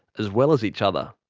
as well as each other.